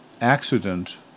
accident